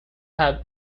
have